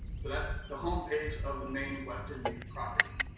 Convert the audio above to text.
so that's the home page of the main western u property.